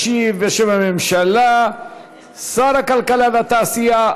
ישיב בשם הממשלה שר הכלכלה והתעשייה.